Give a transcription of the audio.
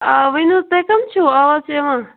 آ ؤنِو تُہۍ کٕم چھِو آواز چھِ یِوان